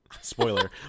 Spoiler